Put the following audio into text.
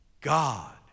God